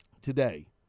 Today